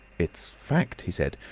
it's fact, he said.